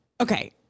Okay